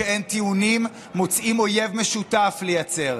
לא רוצים לדבר.